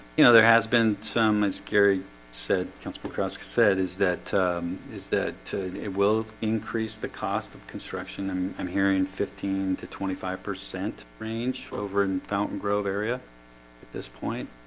you know there has been some as gary said council cross said is that is that it will increase the cost of construction and i'm hearing fifteen to twenty five percent range over in fountain grove area at this point